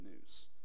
news